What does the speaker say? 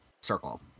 circle